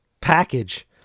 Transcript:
package